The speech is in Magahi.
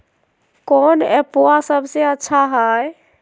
कौन एप्पबा सबसे अच्छा हय?